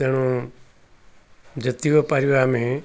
ତେଣୁ ଯେତିକି ପାରିବା ଆମେ